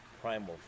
primal